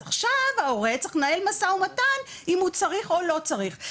עכשיו ההורה צריך לנהל משא ומתן אם הוא צריך או לא צריך.